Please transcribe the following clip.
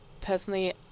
Personally